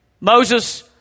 Moses